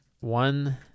one